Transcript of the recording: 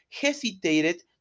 hesitated